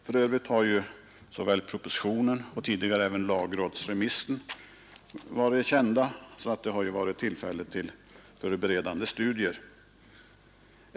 För övrigt har såväl propositionen som lagrådsremissen varit kända, och det har alltså funnits tillfälle till förberedande studier.